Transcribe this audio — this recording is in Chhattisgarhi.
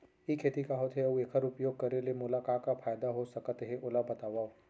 ई खेती का होथे, अऊ एखर उपयोग करे ले मोला का का फायदा हो सकत हे ओला बतावव?